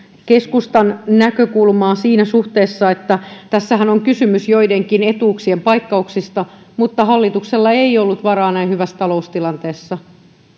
keskustan näkökulmaa siinä suhteessa että tässähän on kysymys joidenkin etuuksien paikkauksista mutta hallituksella ei ollut varaa näin hyvässä taloustilanteessa